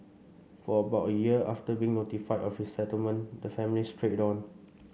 for about a year after being notified of resettlement the family straight on